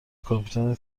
کاپیتان